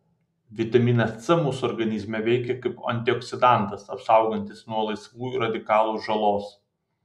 vitaminas c mūsų organizme veikia kaip antioksidantas apsaugantis nuo laisvųjų radikalų žalos